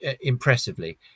impressively